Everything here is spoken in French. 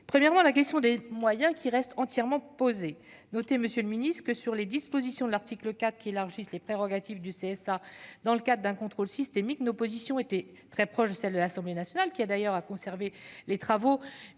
d'abord, la question des moyens reste entièrement posée. Notez, monsieur le secrétaire d'État, que sur les dispositions de l'article 4, qui élargissent les prérogatives du CSA dans le cadre d'un contrôle systémique, nos positions étaient très proches de celles de l'Assemblée nationale, qui a d'ailleurs conservé les